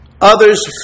others